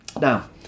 Now